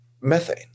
methane